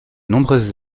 nombreuses